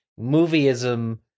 movieism